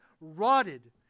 rotted